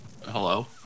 Hello